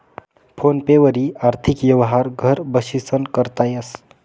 phone पे वरी आर्थिक यवहार घर बशीसन करता येस